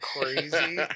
crazy